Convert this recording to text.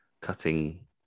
cutting